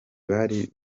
bari